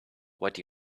what